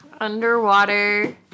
Underwater